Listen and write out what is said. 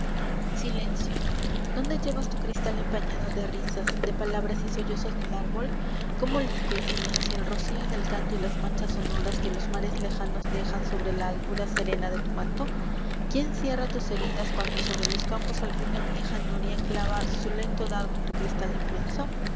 dónde llevas s tu cristal empañado de risas de palabras y sollozos del árbol cómo limpias silencio el rocío del canto y las manchas sonoras que los mares lejanos dejan sobre la albura serena de tu manto quién cierra tus heridas cuando sobre los campos alguna vieja noria clava su lento dardo en tu cristal inmenso